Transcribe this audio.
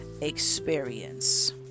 experience